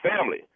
family